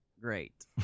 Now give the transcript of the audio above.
great